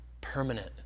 permanent